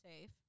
safe